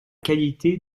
qualité